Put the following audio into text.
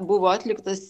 buvo atliktas